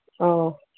ꯑꯧ